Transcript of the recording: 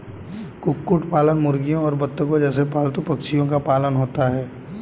कुक्कुट पालन मुर्गियों और बत्तखों जैसे पालतू पक्षियों का पालन होता है